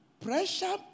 Pressure